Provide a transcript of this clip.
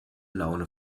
laune